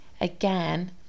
again